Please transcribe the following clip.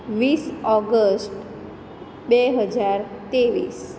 વીસ ઓગસ્ટ બે હજાર ત્રેવીસ